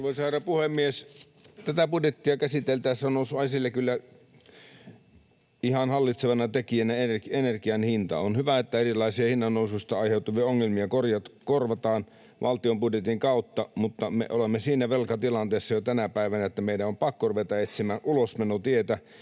Tätä budjettia käsiteltäessä on noussut esille kyllä ihan hallitsevana tekijänä energian hinta. On hyvä, että erilaisia hinnannoususta aiheutuvia ongelmia korvataan valtion budjetin kautta, mutta me olemme siinä velkatilanteessa jo tänä päivänä, että meidän on pakko ruveta etsimään ulosmenotietä